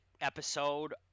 episode